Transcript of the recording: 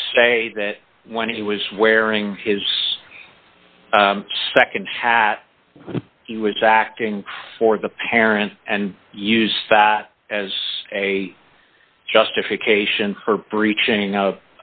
say that when he was wearing his second had he was acting for the parent and use that as a justification for breaching out